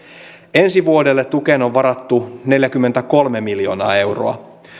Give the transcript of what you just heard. ensi vuodelle tukeen on varattu neljäkymmentäkolme miljoonaa euroa